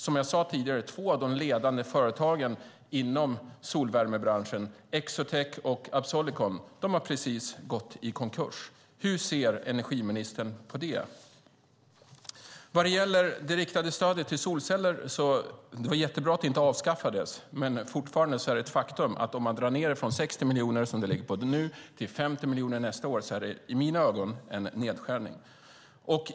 Som jag sade tidigare har två av de ledande företagen inom solvärmebranschen, Exotech och Absolicon, precis gått i konkurs. Hur ser energiministern på det? Vad gäller det riktade stödet till solceller är det jättebra att det inte avskaffades. Men det är fortfarande ett faktum att om man drar ned från 60 miljoner som det ligger på nu till 50 miljoner nästa år är det i mina ögon en nedskärning.